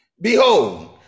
Behold